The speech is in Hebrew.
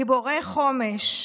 גיבורי חומש,